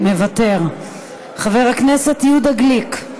מוותר, חבר הכנסת יהודה גליק,